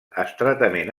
estretament